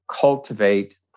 cultivate